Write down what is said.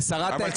זה לא